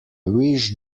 wish